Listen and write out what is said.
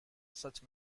such